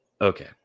Okay